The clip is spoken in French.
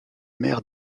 mer